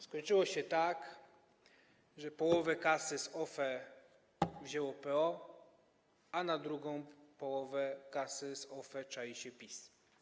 Skończyło się tak, że połowę kasy z OFE wzięło PO, na drugą połowę kasy z OFE czai się PiS.